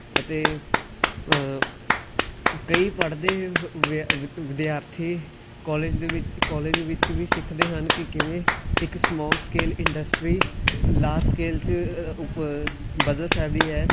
ਅਤੇ ਕਈ ਪੜ੍ਹਦੇ ਵਿਦਿਆਰਥੀ ਕਾਲਜ ਦੇ ਵਿੱਚ ਕਾਲਜ ਵਿੱਚ ਵੀ ਸਿੱਖਦੇ ਹਨ ਕਿ ਕਿਵੇਂ ਇੱਕ small scale industry last scale 'ਚ ਉਪ ਬਦਲ ਸਕਦੀ ਹੈ